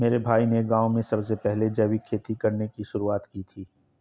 मेरे भाई ने गांव में सबसे पहले जैविक खेती करने की शुरुआत की थी